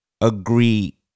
Agree